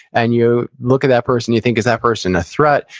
and you look at that person, you think, is that person a threat?